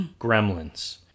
gremlins